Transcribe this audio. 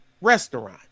Restaurant